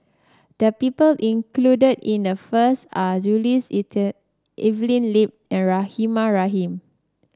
the people included in the first are Jules Itier Evelyn Lip and Rahimah Rahim